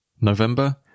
November